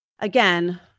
again